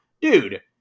Dude